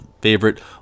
favorite